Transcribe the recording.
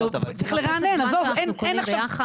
מלווה אחד ייכנס ולא הייתה לי שום בעיה.